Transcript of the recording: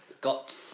got